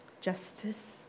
Justice